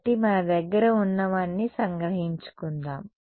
కాబట్టి మన దగ్గర ఉన్నవన్నీ సంగ్రహించుకుందాం